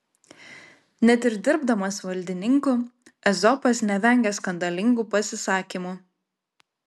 net ir dirbdamas valdininku ezopas nevengia skandalingų pasisakymų